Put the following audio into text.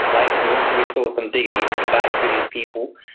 like we want to restore some dignity back to these people,